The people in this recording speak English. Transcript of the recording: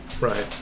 Right